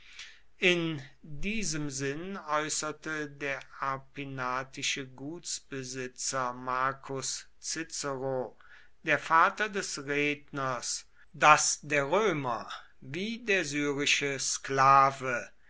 in diesem sinn äußerte der arpinatische gutsbesitzer marcus cicero der vater des redners daß der römer wie der syrische sklave